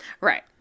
Right